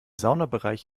saunabereich